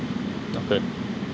not bad